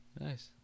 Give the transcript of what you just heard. Nice